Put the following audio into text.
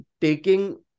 taking